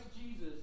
Jesus